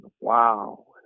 wow